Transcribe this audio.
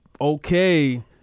okay